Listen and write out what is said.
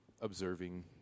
observing